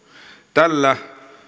tällä